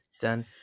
done